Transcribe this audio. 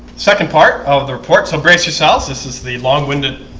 second part of the report so brace yourselves. this is the long winded.